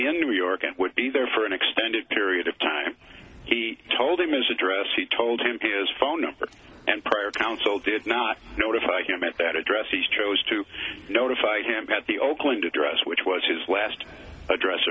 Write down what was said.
in new york and would be there for an extended period of time he told him is address he told him his phone number and prior counsel did not notify him at that address he chose to notify him at the oakland address which was his last address